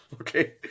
Okay